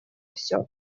всё